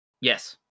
Yes